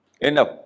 enough